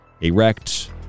erect